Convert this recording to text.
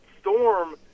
storm